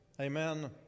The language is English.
amen